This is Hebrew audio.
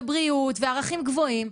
בריאות וערכים גבוהים,